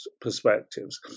perspectives